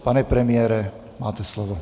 Pane premiére, máte slovo.